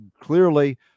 clearly